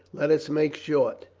let us make short.